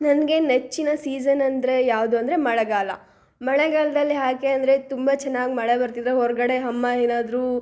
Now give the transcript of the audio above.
ನನಗೆ ನೆಚ್ಚಿನ ಸೀಸನ್ ಅಂದರೆ ಯಾವುದು ಅಂದರೆ ಮಳೆಗಾಲ ಮಳೆಗಾಲದಲ್ಲಿ ಹಾಗೆ ಅಂದರೆ ತುಂಬ ಚೆನ್ನಾಗಿ ಮಳೆ ಬರ್ತಿದ್ದರೆ ಹೊರಗಡೆ ಅಮ್ಮ ಏನಾದರೂ